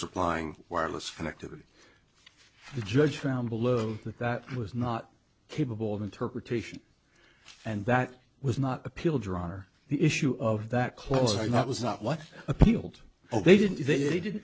supplying wireless connectivity the judge found below that that was not capable of interpretation and that was not appeal drawn or the issue of that close or not was not what appealed oh they didn't they didn't